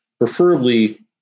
preferably